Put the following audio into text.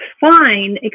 fine